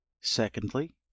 Secondly